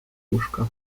łóżka